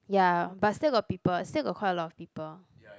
ya but still got people still got quite a lot of people